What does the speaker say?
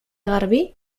garbí